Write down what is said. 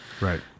Right